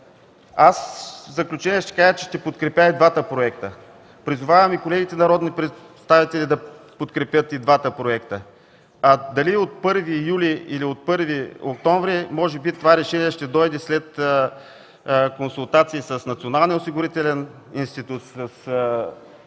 В заключение ще кажа, че ще подкрепя и двата проекта. Призовавам и колегите народни представители да подкрепят и двата проекта. Дали от 1 юли или от 1 октомври, може би това решение ще дойде след консултации с Националния